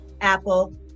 Apple